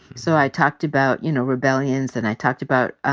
so i talked about, you know, rebellions and i talked about,